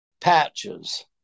Patches